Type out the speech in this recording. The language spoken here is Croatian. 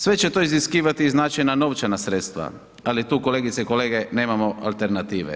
Sve će to iziskivati i značajna novčana sredstva, ali tu kolegice i kolege, nemamo alternative.